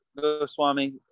Goswami